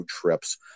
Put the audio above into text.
trips